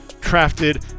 crafted